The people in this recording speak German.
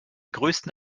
größten